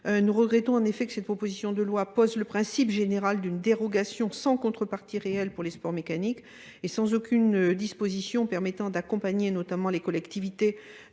Nous regrettons en effet que cette proposition de loi pose le principe général d'une dérogation sans contrepartie réelle pour les sports mécaniques et sans aucune disposition permettant d'accompagner notamment les collectivités